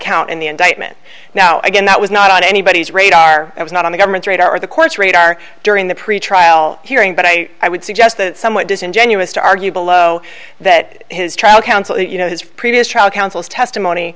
count in the indictment now again that was not on anybody's radar and was not on the government's radar or the courts radar during the pretrial hearing but i would suggest that somewhat disingenuous to argue below that his trial counsel that you know his previous trial counsel's testimony